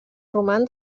roman